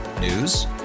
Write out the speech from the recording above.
news